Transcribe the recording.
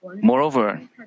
Moreover